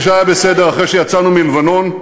כפי שהיה בסדר אחרי שיצאנו מלבנון?